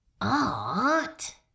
Art